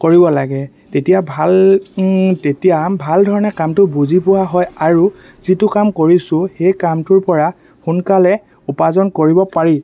কৰিব লাগে তেতিয়া ভাল তেতিয়া ভালধৰণে কামটো বুজি পোৱা হয় আৰু যিটো কাম কৰিছোঁ সেই কামটোৰ পৰা সোনকালে উপাৰ্জন কৰিব পাৰি